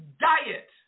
diet